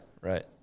Right